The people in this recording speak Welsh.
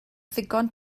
ddigon